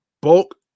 bulk